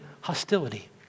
hostility